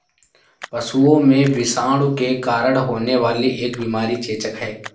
पशुओं में विषाणु के कारण होने वाली एक बीमारी चेचक है